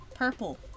purple